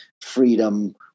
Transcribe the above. freedom